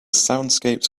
soundscapes